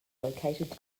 located